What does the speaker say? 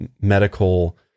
medical